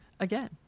again